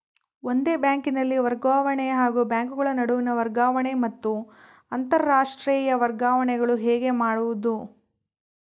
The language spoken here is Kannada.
ಒಂದೇ ಬ್ಯಾಂಕಿನಲ್ಲಿ ವರ್ಗಾವಣೆ ಹಾಗೂ ಬ್ಯಾಂಕುಗಳ ನಡುವಿನ ವರ್ಗಾವಣೆ ಮತ್ತು ಅಂತರಾಷ್ಟೇಯ ವರ್ಗಾವಣೆಗಳು ಹೇಗೆ ಮಾಡುವುದು?